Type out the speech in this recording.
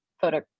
photo